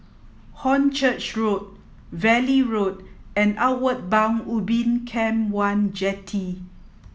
Hornchurch Road Valley Road and Outward Bound Ubin Camp One Jetty